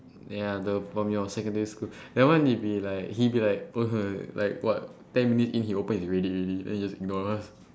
ya the from your secondary school that one like he be like like what ten minutes in he open his reddit already then he just ignore us